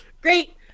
great